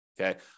Okay